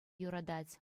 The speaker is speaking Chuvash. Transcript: юратать